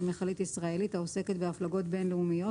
מכלית ישראלית העוסקת בהפלגות בין-לאומיות,